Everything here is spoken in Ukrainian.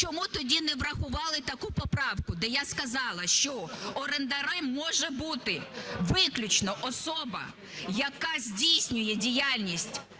чому тоді не врахували таку поправку, де я сказала, що орендарем може бути виключно особа, яка здійснює діяльність